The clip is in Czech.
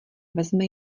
vezme